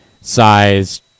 size